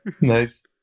Nice